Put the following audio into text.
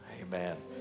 Amen